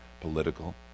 political